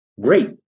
great